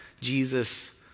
Jesus